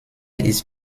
ist